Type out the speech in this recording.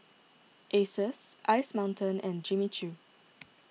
Asus Ice Mountain and Jimmy Choo